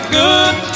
good